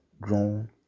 grown